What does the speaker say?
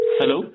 Hello